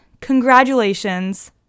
Congratulations